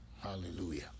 Hallelujah